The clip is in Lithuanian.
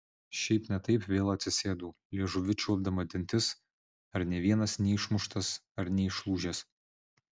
šiaip ne taip vėl atsisėdau liežuviu čiuopdama dantis ar nė vienas neišmuštas ar neišlūžęs